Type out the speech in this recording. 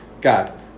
God